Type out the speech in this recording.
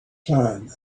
time